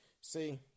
See